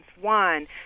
One